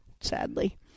sadly